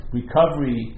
recovery